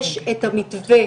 יש את המתווה,